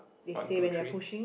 one two three